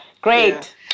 great